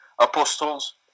apostles